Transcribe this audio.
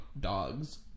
dogs